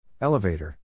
Elevator